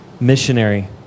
missionary